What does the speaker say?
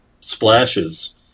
splashes